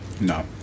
No